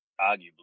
arguably